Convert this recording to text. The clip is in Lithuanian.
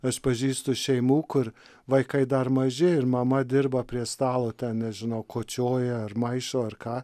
aš pažįstu šeimų kur vaikai dar maži ir mama dirba prie stalo ten nežinau kočioja ar maišo ar ką